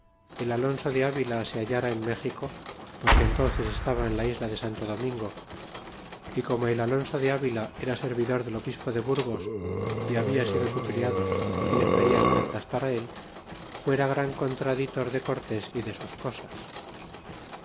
el alonso de avila se hallara en méxico porque entónces estaba en la isla de santo domingo y como el alonso de avila era servidor del obispo de burgos é habla sido su criado y le traian cartas para el fuera gran contraditor de cortés y de sus cosas